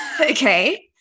Okay